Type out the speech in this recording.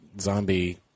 zombie